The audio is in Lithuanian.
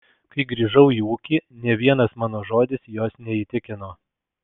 kai grįžau į ūkį nė vienas mano žodis jos neįtikino